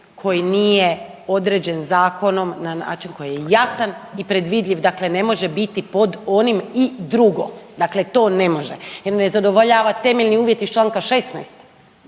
koji nije određen zakonom, na način koji je jasan i predvidljiv, dakle ne može biti pod onim i drugo, dakle to ne može jer ne zadovoljava temeljne uvjete iz čl. 16.,